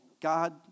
God